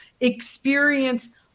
Experience